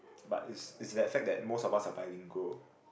but it's it's that fact that most of us are bilingual